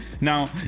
now